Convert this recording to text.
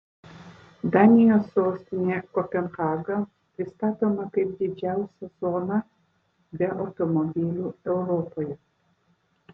danijos sostinė kopenhaga pristatoma kaip didžiausia zona be automobilių europoje